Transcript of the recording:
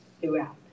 throughout